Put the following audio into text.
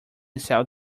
cell